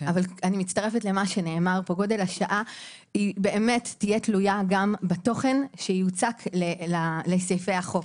אבל גודל השעה יהיה תלוי בתוכן שיוצק לסעיפי החוק.